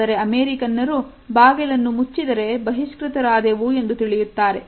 ಆದರೆ ಅಮೆರಿಕನ್ನರು ಬಾಗಿಲನ್ನು ಮುಚ್ಚಿದರೆ ಬಹಿಷ್ಕೃತರಾದೆವು ಎಂದು ತಿಳಿಯುತ್ತಾರೆ